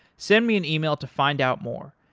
send me an ah e-mail to find out more.